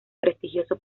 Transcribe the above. prestigioso